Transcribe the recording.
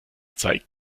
zeig